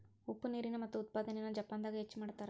ಉಪ್ಪ ನೇರಿನ ಮುತ್ತು ಉತ್ಪಾದನೆನ ಜಪಾನದಾಗ ಹೆಚ್ಚ ಮಾಡತಾರ